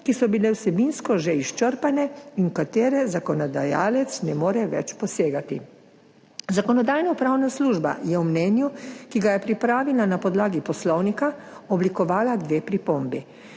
ki so bile vsebinsko že izčrpane in v katere zakonodajalec ne more več posegati. Zakonodajno-pravna služba je v mnenju, ki ga je pripravila na podlagi Poslovnika, oblikovala dve pripombi.